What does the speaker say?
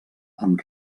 amb